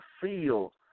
feel